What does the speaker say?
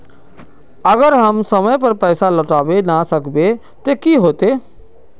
अगर हम समय पर पैसा लौटावे ना सकबे ते की होते?